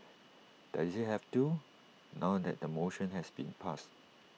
does he have to now that the motion has been passed